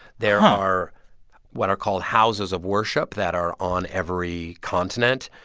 there are what are called houses of worship that are on every continent.